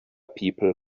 people